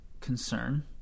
concern